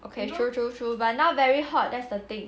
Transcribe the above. okay true true ture but very hot that's the thing